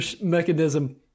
mechanism